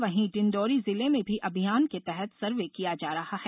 वहीं डिण्डोरी जिले में भी अभियान के तहत सर्वे किया जा रहा है